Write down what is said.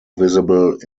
visible